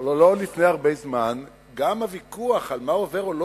אבל לא לפני הרבה זמן גם הוויכוח על מה עובר או לא